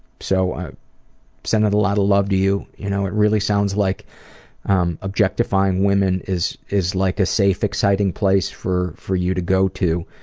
so ah sending a lot of love to you, you know it really sounds like um objectifying women is is like a safe, exciting place for for you to go to,